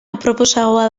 aproposagoa